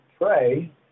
pray